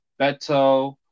Beto